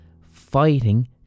fighting